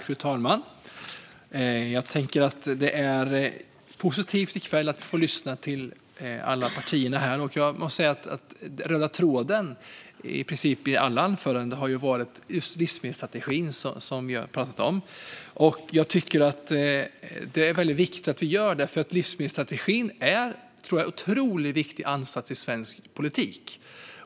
Fru talman! Det är positivt att i kväll få lyssna till alla partierna. Den röda tråden i alla anföranden har i princip varit livsmedelsstrategin. Det är viktigt att vi talar om den. Livsmedelsstrategin är en otroligt viktig ansats i svensk politik.